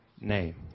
name